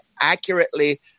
accurately